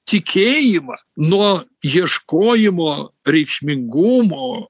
tikėjimą nuo ieškojimo reikšmingumo